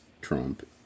trump